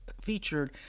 featured